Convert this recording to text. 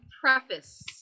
preface